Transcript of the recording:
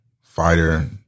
fighter